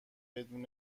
بدون